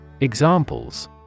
Examples